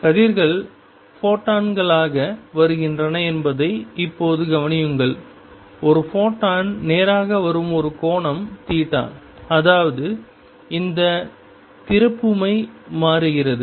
கதிர்கள் ஃபோட்டான்களாக வருகின்றன என்பதை இப்போது கவனியுங்கள் ஒரு ஃபோட்டான் நேராக வரும் ஒரு கோணம் அதாவது இந்த திருப்புமை மாறுகிறது